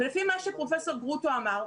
לפי מה שפרופ' גרוטו אמר,